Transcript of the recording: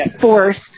forced